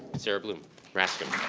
sarah bloom raskin.